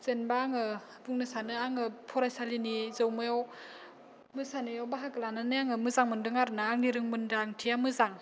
जेनेबा आंगो बुंनो सानो आङो फरायसालिनि जौमायाव मोसानायाव बाहागो लानानै आङो मोजां मोनदों आरोना आंनि रोंमोनदांथिया मोजां